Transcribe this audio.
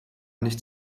nicht